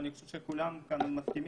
ואני חושב שכולנו כאן מסכימים,